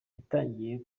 itangiye